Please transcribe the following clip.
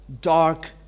dark